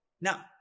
Now